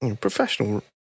Professional